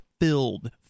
filled